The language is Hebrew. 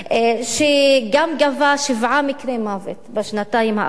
שגם גבה שבעה מקרי מוות בשנתיים האחרונות,